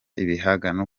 ibihangano